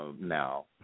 now